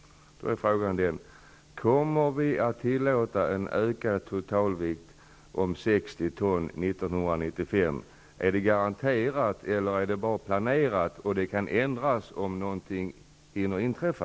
Då är frågan: Kommer vi att tillåta en ökad totalvikt om 60 ton 1995? Är det garanterat eller är det bara planerat och kan ändras om någonting hinner inträffa?